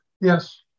Yes